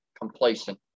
complacent